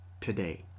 today